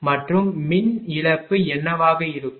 மற்றும் மின் இழப்பு என்னவாக இருக்கும்